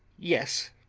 yes,